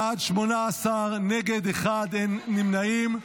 בעד, 18, נגד, אחד, אין נמנעים.